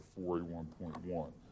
41.1